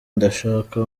ndashaka